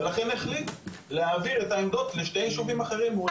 ולכן החליט להעביר את העמדות לשני יישובים אחרים.